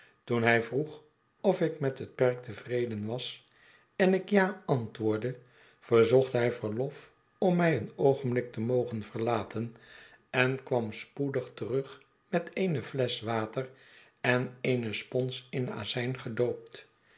toen hij vroeg ofikmethet perk tevreden was en ik ja antwoordde verzocht hij verlof om mij een oogenblik te mogen verlaten enkwam spoedig terug met eene flesch water en eene spons in azijn gedoopt